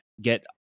get